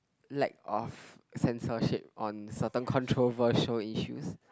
lack of censorship on certain controversial issues